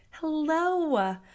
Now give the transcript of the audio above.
Hello